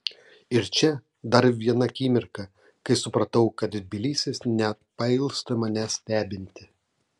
ir čia dar viena akimirka kai supratau kad tbilisis nepailsta manęs stebinti